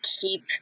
keep